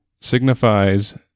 signifies